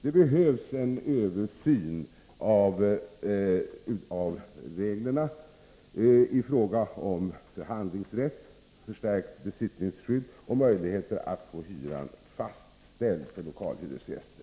Det behövs en översyn av hyreslagstiftningen i fråga om förhandlingsrätt, förstärkt besittningsskydd och möjligheter att få hyran fastställd för lokalhyresgäster.